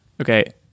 Okay